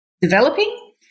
developing